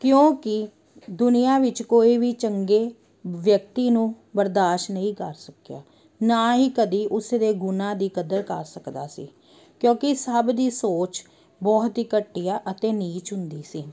ਕਿਉਂਕਿ ਦੁਨੀਆਂ ਵਿੱਚ ਕੋਈ ਵੀ ਚੰਗੇ ਵਿਅਕਤੀ ਨੂੰ ਬਰਦਾਸ਼ਤ ਨਹੀਂ ਕਰ ਸਕਿਆ ਨਾ ਹੀ ਕਦੀ ਉਸ ਦੇ ਗੁਣਾਂ ਦੀ ਕਦਰ ਕਰ ਸਕਦਾ ਸੀ ਕਿਉਂਕਿ ਸਭ ਦੀ ਸੋਚ ਬਹੁਤ ਹੀ ਘਟੀਆ ਅਤੇ ਨੀਚ ਹੁੰਦੀ ਸੀ